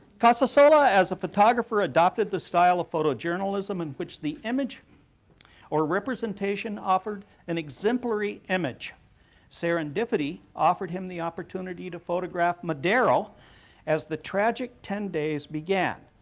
casasola, as a photographer, adopted the style of photojournalism in which the image or representation offered an exemplary image serendipity offered him the opportunity to photograph madero as the tragic ten days began.